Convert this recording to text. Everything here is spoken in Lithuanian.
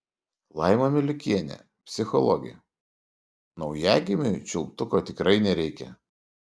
laima miliukienė psichologė naujagimiui čiulptuko tikrai nereikia